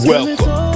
Welcome